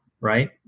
right